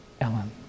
Ellen